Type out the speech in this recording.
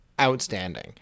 outstanding